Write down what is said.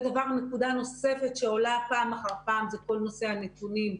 נקודה נוספת שעולה פעם אחר פעם זה כל נושא הנתונים.